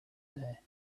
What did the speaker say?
day